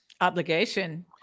obligation